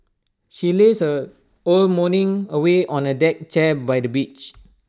she lazed her own morning away on A deck chair by the beach